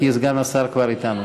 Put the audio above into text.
כי סגן השר כבר אתנו.